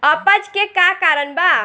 अपच के का कारण बा?